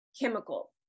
chemical